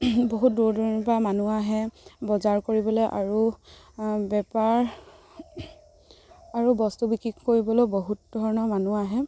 বহুত দূৰ দূৰণিৰ পৰা মানুহ আহে বজাৰ কৰিবলৈ আৰু বেপাৰ আৰু বস্তু বিক্ৰী কৰিবলৈও বহুত ধৰণৰ মানুহ আহে